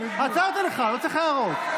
עצרתי לך, לא צריך הערות.